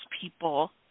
people